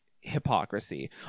hypocrisy